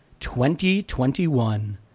2021